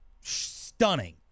stunning